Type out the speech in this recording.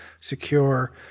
secure